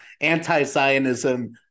anti-Zionism